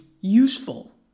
useful